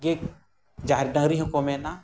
ᱜᱮ ᱡᱟᱦᱮᱨ ᱰᱟᱹᱝᱨᱤ ᱦᱚᱸᱠᱚ ᱢᱮᱱᱟ